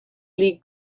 league